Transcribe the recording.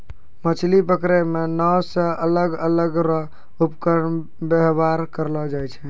मछली पकड़ै मे नांव से अलग अलग रो उपकरण वेवहार करलो जाय छै